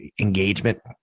engagement